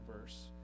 verse